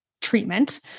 treatment